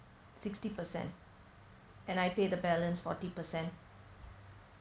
sixty percent and I pay the balance forty percent